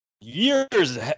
years